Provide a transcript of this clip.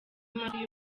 amatwi